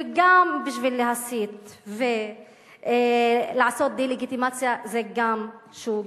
וגם בשביל להסית ולעשות דה-לגיטימציה, זה גם, שוב,